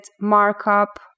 markup